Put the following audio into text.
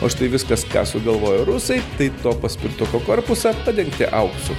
o štai viskas ką sugalvojo rusai tai to paspirtuko korpusą padengti auksu